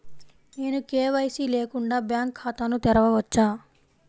నేను కే.వై.సి లేకుండా బ్యాంక్ ఖాతాను తెరవవచ్చా?